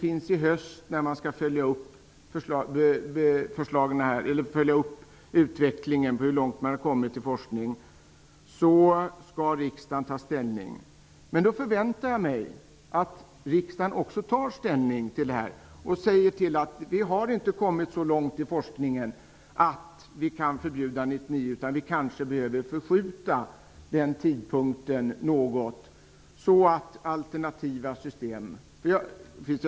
I höst skall riksdagen ta ställning i frågan efter det att utvecklingen i forskningen har följts upp. Men då förväntar jag mig att riksdagen också tar ställning, dvs. att riksdagen klart uttalar att forskningen inte har kommit så långt att ett förbud kan införas 1999. Tidpunkten kanske behöver skjutas framåt något så att alternativa system kan utvecklas.